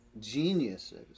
geniuses